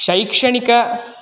शैक्षणिकं